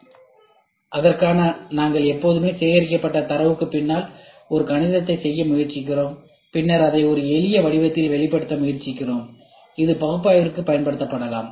எனவே அதற்காக நாங்கள் எப்போதுமே சேகரிக்கப்பட்ட தரவுகளுக்குப் பின்னால் ஒரு கணிதத்தைச் செய்ய முயற்சிக்கிறோம் பின்னர் அதை ஒரு எளிய வடிவத்தில் வெளிப்படுத்த முயற்சிக்கிறோம் இது பகுப்பாய்விற்குப் பயன்படுத்தப்படலாம்